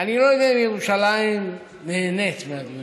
אני לא יודע אם ירושלים נהנית מהדיונים.